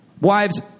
Wives